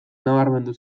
nabarmendu